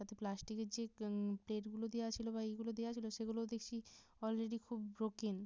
সাথে প্লাস্টিকের যে প্লেটগুলো দেয়া ছিলো বা এইগুলো দেয়া ছিলো সেগুলোও দেখছি অলরেডি খুব ব্রোকেন